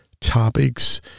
topics